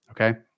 Okay